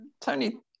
Tony